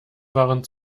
waren